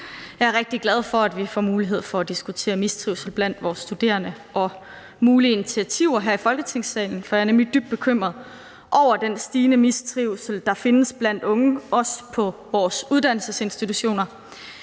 Jeg er rigtig glad for, at vi her i Folketingssalen får mulighed for at diskutere mistrivsel blandt vores studerende og mulige initiativer, for jeg er nemlig dybt bekymret over den stigende mistrivsel, der findes blandt unge, også på vores uddannelsesinstitutioner.